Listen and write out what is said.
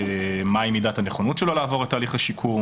מהי מידת הנכונות שלו לעבור את תהליך השיקום,